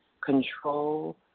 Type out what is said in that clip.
control